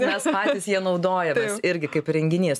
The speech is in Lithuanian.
mes patys ja naudojamės irgi kaip renginys